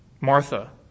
Martha